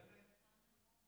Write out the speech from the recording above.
בנט,